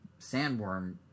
sandworm